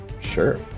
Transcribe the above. Sure